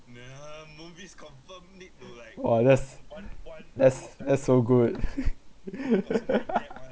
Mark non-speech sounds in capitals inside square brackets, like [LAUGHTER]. !wah! that's that's that's so good [LAUGHS]